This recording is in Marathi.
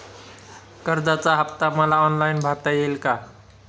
कर्जाचा हफ्ता मला ऑनलाईन भरता येईल का?